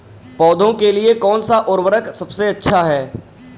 पौधों के लिए कौन सा उर्वरक सबसे अच्छा है?